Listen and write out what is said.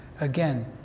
again